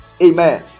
amen